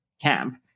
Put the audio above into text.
camp